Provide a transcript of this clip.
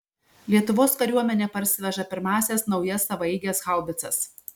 lietuvos kariuomenė parsiveža pirmąsias naujas savaeiges haubicas